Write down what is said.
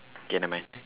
okay never mind